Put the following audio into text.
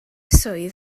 swydd